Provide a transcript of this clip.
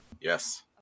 Yes